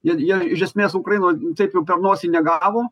ir jie iš esmės ukrainoj taip jau per nosį negavo